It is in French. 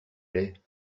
lait